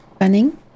running